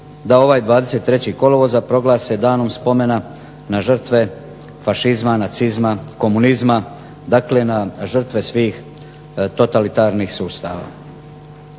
da ovaj 23. kolovoza proglase Danom spomena na žrtve fašizma, nacizma, komunizma, dakle na žrtve svih totalitarnih sustava.